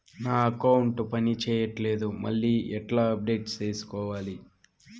నా అకౌంట్ పని చేయట్లేదు మళ్ళీ ఎట్లా అప్డేట్ సేసుకోవాలి?